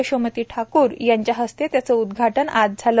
यशोमती ठाकूर यांच्या हस्ते त्याचे उद्घाटन आज झाले